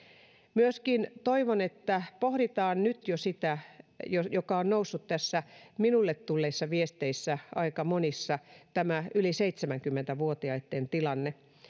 myöskin toivon että pohditaan nyt jo sitä mikä on noussut tässä minulle tulleissa viesteissä aika monissa tätä yli seitsemänkymmentä vuotiaitten tilannetta